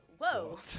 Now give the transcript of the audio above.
whoa